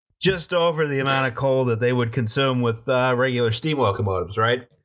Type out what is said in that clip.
just over the amount of coal than they would consume with regular steam locomotives, right?